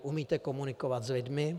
Umíte komunikovat s lidmi?